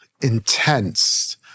intense